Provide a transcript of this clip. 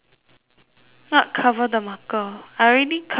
what cover the marker I already cover already